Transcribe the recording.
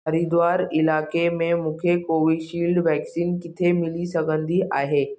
हरिद्वार इलाइक़े में मूंखे कोवीशील्ड वैक्सीन किथे मिली सघंदी आहे